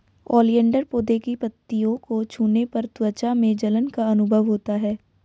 oleander पौधे की पत्तियों को छूने पर त्वचा में जलन का अनुभव होता है